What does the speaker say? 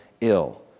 ill